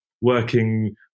working